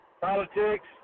Politics